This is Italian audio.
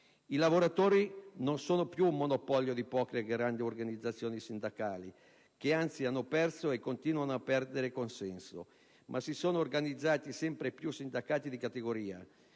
I lavoratori non sono più monopolio di poche grandi organizzazioni sindacali (che anzi hanno perso e continuano a perdere consenso), ma si sono organizzati sempre più in sindacati di categoria,